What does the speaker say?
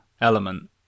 element